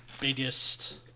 biggest